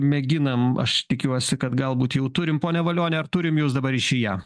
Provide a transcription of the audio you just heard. mėginam aš tikiuosi kad galbūt jau turim pone valioni ar turim jus dabar ryšyje